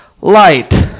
light